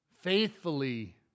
Faithfully